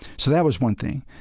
so that was one thing.